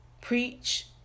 Preach